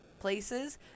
places